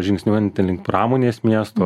žingsniuojanti link pramonės miesto